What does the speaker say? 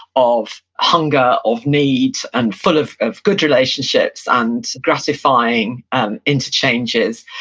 of hunger, of need, and full of of good relationships, and gratifying um interchanges.